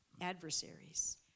adversaries